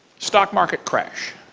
stock market crash.